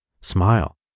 Smile